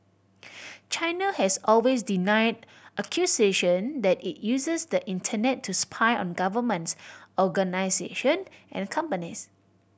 China has always denied accusation that it uses the Internet to spy on governments organisation and companies